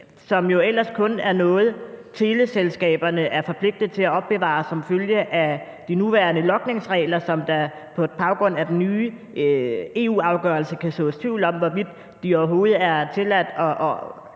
er jo kun noget, som teleselskaberne er forpligtet til at opbevare som følge af de nuværende logningsregler, som der på baggrund af den nye EU-afgørelse kan sås tvivl om hvorvidt overhovedet er tilladt –